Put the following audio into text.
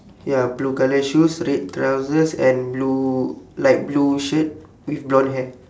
ya blue colour shoes red trousers and blue light blue shirt with blonde hair